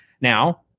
Now